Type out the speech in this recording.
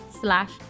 slash